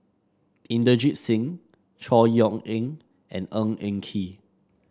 Inderjit Singh Chor Yeok Eng and Ng Eng Kee